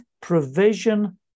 provision